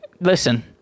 Listen